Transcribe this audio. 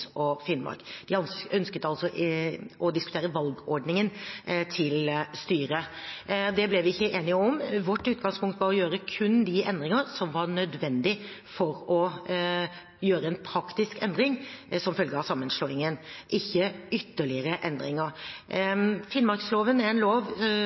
og Finnmark. De ønsket å diskutere valgordningen til styret. Det ble vi ikke enige om. Vårt utgangspunkt var å gjøre kun de endringer som var nødvendige for å gjøre en praktisk endring som følge av sammenslåingen, ikke ytterligere endringer. Finnmarksloven er en lov